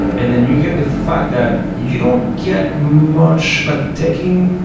and then you get the fact that you don't get much like taking,